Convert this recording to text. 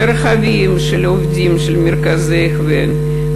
לרכבים של עובדים של מרכזי ההכוון.